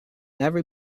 every